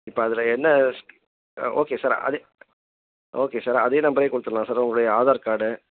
இப்போ அதில் என்ன ஆ ஓகே சார் அதே ஓகே சார் அதே நம்பரே கொடுத்துர்லாம் சார் உங்களுடைய ஆதார் கார்டு